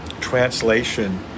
translation